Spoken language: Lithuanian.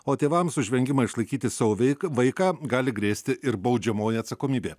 o tėvams už vengimą išlaikyti savo veik vaiką gali grėsti ir baudžiamoji atsakomybė